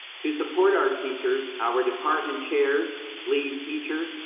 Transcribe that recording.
to support our teachers, our department chairs, lead teachers,